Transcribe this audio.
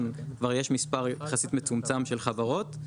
כבר יש מספר יחסית מצומצם של חברות,